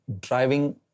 driving